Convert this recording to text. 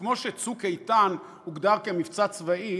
כמו ש"צוק איתן" הוגדר כמבצע צבאי